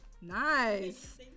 Nice